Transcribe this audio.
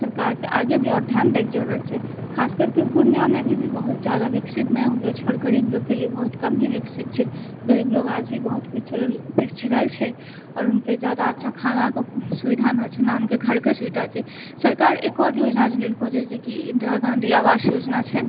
सरकारके आगे भी आओर ध्यान दैके जरूरत छै खासकरके पूर्णियामे अभी भी बहुत ज्यादा विकसित नहि होलऽ छै आओर गरीब लोकके लिए बहुत कम ही विकसित छै गरीब लोक आज भी बहुत पिछड़ल छै आओर उनके ज्यादा अच्छा खानाके सुविधा नहि छै नहि हुनके घरके सुविधा छै सरकार एक आओर योजना चलेलकऽ छै जेकि इन्दिरा गाँधी आवास योजना छै